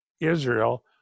Israel